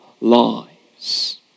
lives